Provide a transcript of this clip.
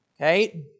Okay